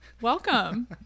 Welcome